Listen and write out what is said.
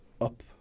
up